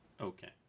Okay